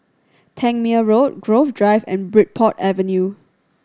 Tangmere Road Grove Drive and Bridport Avenue